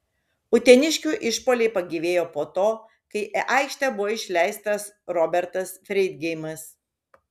uteniškių išpuoliai pagyvėjo po to kai į aikštę buvo išleistas robertas freidgeimas